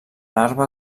larva